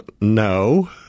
no